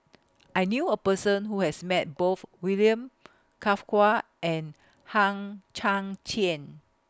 I knew A Person Who has Met Both William and Hang Chang Chieh